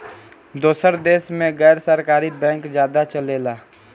दोसर देश मे गैर सरकारी बैंक ज्यादे चलेला